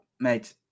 mate